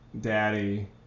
daddy –